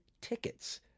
tickets